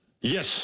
Yes